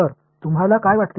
तर तुम्हाला काय वाटते